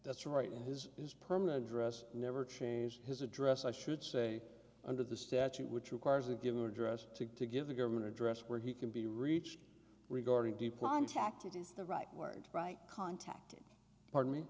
that's right and his is permanent address never changed his address i should say under the statute which requires a given address to give the government address where he can be reached regarding the plan tacked it is the right word right contacted pardon me